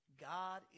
God